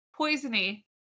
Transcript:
Poisony